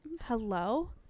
hello